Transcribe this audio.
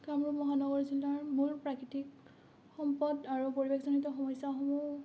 কামৰূপ মহানগৰ জিলাৰ মূল প্ৰাকৃতিক সম্পদ আৰু পৰিৱেশজনিত সমস্যাসমূহ